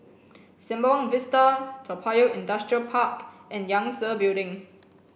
Sembawang Vista Toa Payoh Industrial Park and Yangtze Building